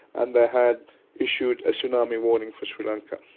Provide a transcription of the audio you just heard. and they had issued a tsunami warning for sri lanka.